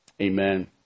Amen